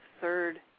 third